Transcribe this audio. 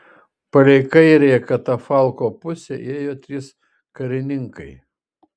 palei kairiąją katafalko pusę ėjo trys karininkai